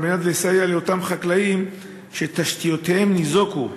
על מנת לסייע לאותם חקלאים שתשתיותיהם ניזוקו?